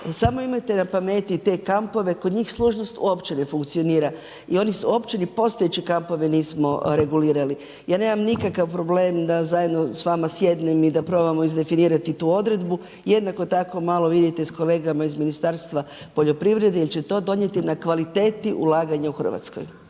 samo imajte na pameti te kampove, kod njih služnost uopće ne funkcionira i oni … postojeći kampovi nismo regulirali. Ja nemam nikakav problem da zajedno s vama sjednem i da probamo izdefinirati tu odredbu, jednako tako malo vidite s kolegama iz Ministarstva poljoprivrede jer će to donijeti na kvaliteti ulaganja u Hrvatskoj.